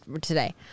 today